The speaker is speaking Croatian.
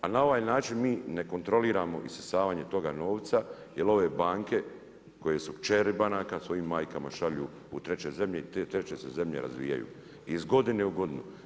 Ali na ovaj način mi ne kontroliramo isisavanje toga novca, jer ove banke koje su kćeri banaka svojim majkama šalju u treće zemlje i te treće se zemlje razvijaju iz godine u godinu.